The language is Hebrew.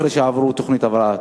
אחרי שעברו תוכנית הבראה.